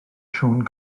siôn